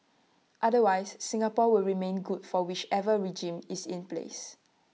otherwise Singapore will remain good for whichever regime is in place